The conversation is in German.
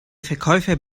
verkäufer